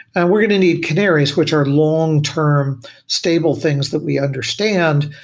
and we're going to need canaries, which are long-term stable things that we understand,